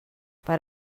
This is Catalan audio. per